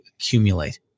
accumulate